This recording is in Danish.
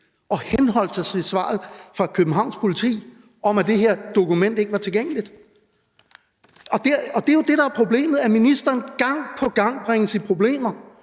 og henholdt sig til svaret fra Københavns Politi om, at det her dokument ikke var tilgængeligt, og det er jo det, der er problemet: at ministeren gang på gang bringes i problemer